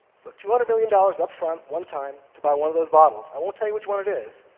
so two hundred million dollars up front, one time, to buy one of those bottles, i won't tell you which one it is,